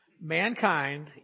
mankind